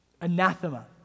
anathema